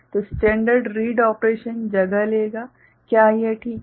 तो standard read operation जगह लेगा क्या यह ठीक है